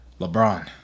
LeBron